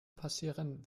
passieren